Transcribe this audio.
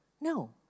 No